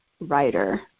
writer